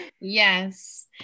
Yes